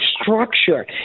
structure